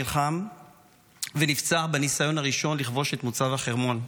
נלחם ונפצע בניסיון הראשון לכבוש את מוצב החרמון.